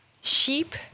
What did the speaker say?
sheep